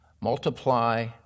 multiply